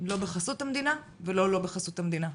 לא בחסות המדינה ולא לא בחסות המדינה.